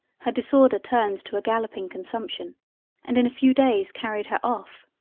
her disorder turned to a galloping consumption and in a few days carried her off.